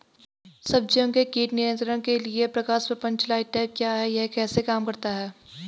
सब्जियों के कीट नियंत्रण के लिए प्रकाश प्रपंच लाइट ट्रैप क्या है यह कैसे काम करता है?